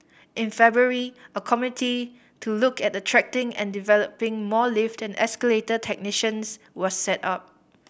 in February a committee to look at attracting and developing more lift and escalator technicians was set up